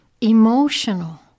emotional